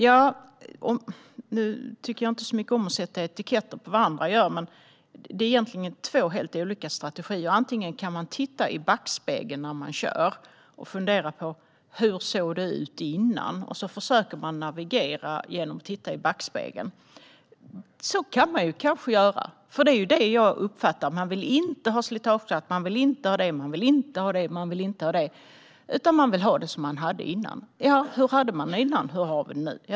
Jag tycker inte så mycket om att sätta etiketter på vad andra gör, men det finns egentligen helt två olika strategier. Antingen kan man titta i backspegeln när man kör och fundera på hur det såg ut tidigare, och så försöker man att navigera efter detta. Så kan man kanske göra, för det är så jag uppfattar det när ni varken vill ha slitageskatt eller det ena eller andra. Ni vill ha det som man hade det tidigare. Ja, hur hade vi det tidigare, och hur har vi det nu?